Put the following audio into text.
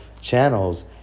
channels